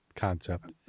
concept